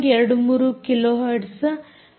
23 kilohertz bandwidth ಇರುತ್ತದೆ